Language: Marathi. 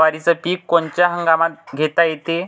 जवारीचं पीक कोनच्या हंगामात घेता येते?